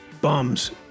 bums